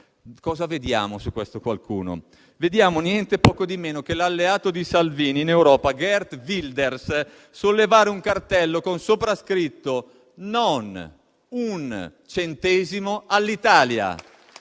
macchina del fango? Vediamo niente poco di meno che l'alleato di Salvini in Europa, Geert Vilders, sollevare un cartello con sopra scritto: «Non un centesimo all'Italia».